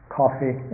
coffee